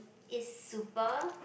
is super